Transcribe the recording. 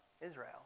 Israel